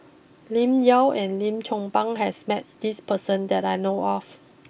Lim Yau and Lim Chong Pang has met this person that I know of